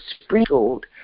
sprinkled